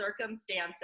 circumstances